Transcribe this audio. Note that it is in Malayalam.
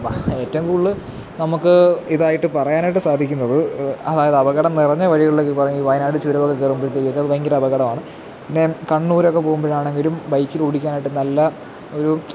ഏറ്റവും കൂടുതല് നമുക്ക് ഇതായിട്ട് പറയാനായിട്ട് സാധിക്കുന്നത് അതായത് അപകടം നിറഞ്ഞ വഴികളിലൊക്കെ പറയാണെങ്കില് വയനാട് ചുരമൊക്കെ കയറുമ്പഴത്തേക്കൊക്കെ അത് ഭയങ്കര അപകടമാണ് പിന്നെ കണ്ണൂരൊക്കെ പോകുമ്പാഴാണെങ്കിലും ബൈക്കിലോടിക്കാനായിട്ട് നല്ല ഒരു